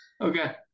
Okay